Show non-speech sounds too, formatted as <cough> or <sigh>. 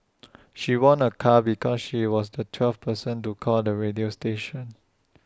<noise> she won A car because she was the twelfth person to call the radio station